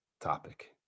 topic